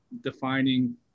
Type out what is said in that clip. defining